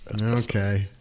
Okay